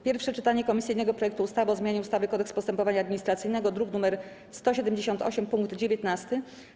Pierwsze czytanie komisyjnego projektu ustawy o zmianie ustawy - Kodeks postępowania administracyjnego (druk nr 178) - punkt 19.